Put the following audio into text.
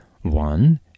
One